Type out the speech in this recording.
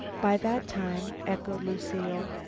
by that time echoed lucile.